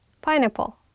Pineapple